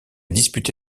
disputé